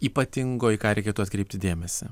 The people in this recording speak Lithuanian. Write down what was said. ypatingo į ką reikėtų atkreipti dėmesį